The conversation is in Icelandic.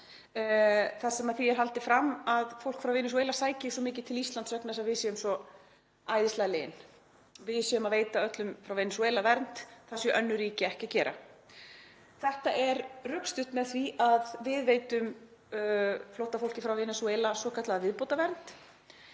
þar sem því er haldið fram að fólk frá Venesúela sæki svo mikið til Íslands vegna þess að við séum svo æðislega lin, við séum að veita öllum frá Venesúela vernd, það séu önnur ríki ekki að gera. Þetta er rökstutt með því að við veitum flóttafólki frá Venesúela svokallaða viðbótarvernd